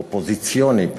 אופוזיציוני,